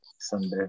Sunday